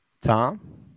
Tom